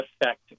effect